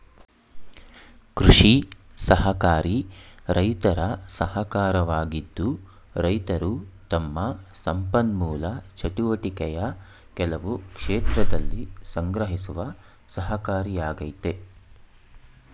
ಕೃಷಿ ಸಹಕಾರಿ ರೈತರ ಸಹಕಾರವಾಗಿದ್ದು ರೈತರು ತಮ್ಮ ಸಂಪನ್ಮೂಲ ಚಟುವಟಿಕೆಯ ಕೆಲವು ಕ್ಷೇತ್ರದಲ್ಲಿ ಸಂಗ್ರಹಿಸುವ ಸಹಕಾರಿಯಾಗಯ್ತೆ